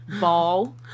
Ball